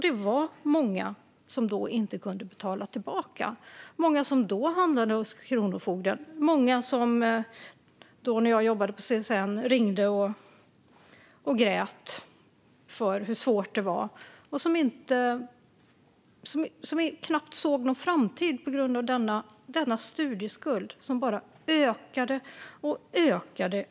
Det var många som då inte kunde betala tillbaka, många som hamnade hos kronofogden och många som när jag jobbade på CSN ringde och grät över hur svårt det var och knappt såg någon framtid på grund av denna studieskuld som bara ökade och ökade.